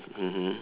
mmhmm